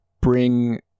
bring